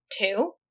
two